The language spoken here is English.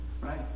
right